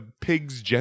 pig's